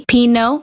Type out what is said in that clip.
Pino